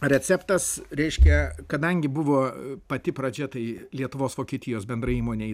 receptas reiškia kadangi buvo pati pradžia tai lietuvos vokietijos bendrai įmonei